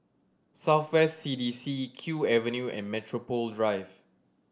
South West C D C Kew Avenue and Metropole Drive